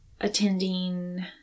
attending